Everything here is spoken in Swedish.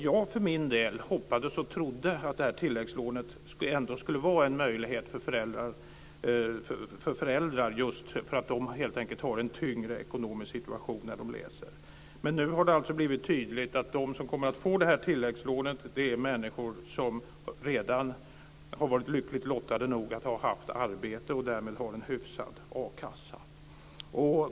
Jag hoppades och trodde att tilläggslånet skulle vara en möjlighet just för föräldrar, eftersom de har en tyngre ekonomisk situation när de läser. Nu har det alltså blivit tydligt att de som kommer att få tilläggslånet är människor som redan har varit lyckligt lottade nog att ha haft arbete och därmed har en hyfsad a-kassa.